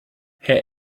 herr